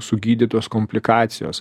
sugydytos komplikacijos